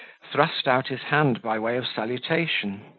thrust out his hand by way of salutation.